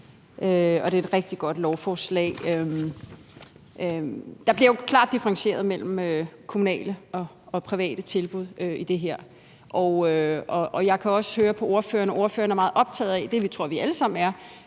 og det er et rigtig godt lovforslag. Der bliver jo klart differentieret mellem kommunale og private tilbud i det her. Og jeg kan også høre på ordføreren, at ordføreren er meget optaget af – og det tror jeg vi alle sammen er